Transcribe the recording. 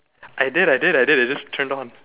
I did I did I did it just turned on